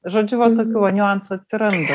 žodžiu va tokių va niuansų atsiranda